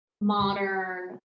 modern